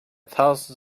thousands